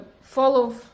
follow